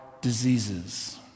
diseases